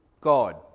God